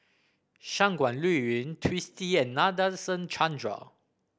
Shangguan Liuyun Twisstii and Nadasen Chandra